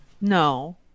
No